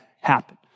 happen